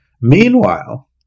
Meanwhile